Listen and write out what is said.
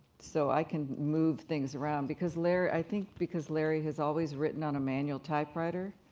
so i can move things around. because larry, i think because larry has always written on a manual typewriter.